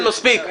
איתן, מספיק.